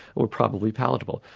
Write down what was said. were probably palatable.